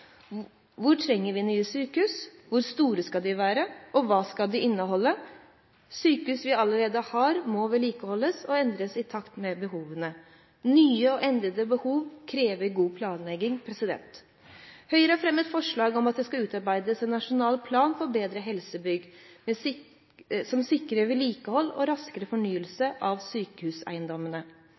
Hvor trenger vi nye sykehus, hvor store skal de være, og hva skal de inneholde? Sykehusene vi allerede har, må vedlikeholdes og endres i takt med behovene. Nye og endrede behov krever god planlegging. Høyre har fremmet et forslag om at det skal utarbeides en nasjonal plan for bedre helsebygg som sikrer vedlikehold og raskere fornyelse av sykehuseiendommene.